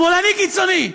שמאלני קיצוני,